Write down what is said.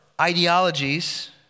ideologies